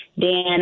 Dan